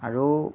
আৰু